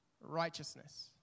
righteousness